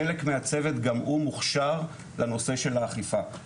חלק מהצוות גם הוא מוכשר לנושא של האכיפה.